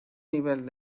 nivel